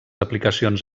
aplicacions